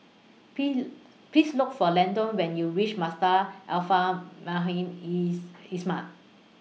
Please Look For Landon when YOU REACH Madrasah Al Fun IS Islamiah